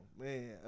Man